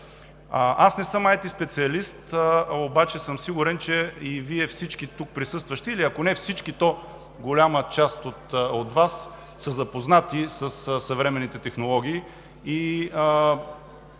Не съм IТ специалист, обаче съм сигурен, че и Вие, всички тук присъстващи или ако не всички, то голяма част от Вас, са запознати със съвременните технологии